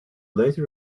later